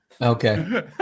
okay